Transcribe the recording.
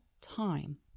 time